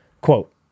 quote